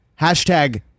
Hashtag